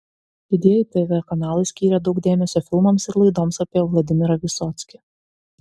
didieji tv kanalai skyrė daug dėmesio filmams ir laidoms apie vladimirą vysockį